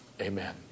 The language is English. Amen